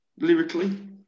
lyrically